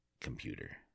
computer